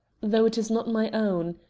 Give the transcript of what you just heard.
though it is not my own.